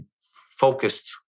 focused